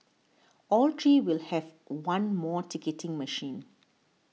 all three will have one more ticketing machine